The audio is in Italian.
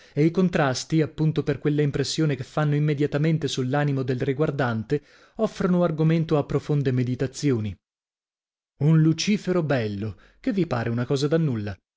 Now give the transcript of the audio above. e i contrasti appunto per quella impressione che fanno immediamente sull'animo del riguardante offrono argomento a profonde meditazioni un lucifero bello che vi pare una cosa da nulla